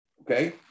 Okay